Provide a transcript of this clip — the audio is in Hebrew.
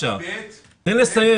ב' אין לי כסף לשלם.